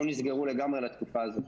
או נסגרו לגמרי על התקופה הזו.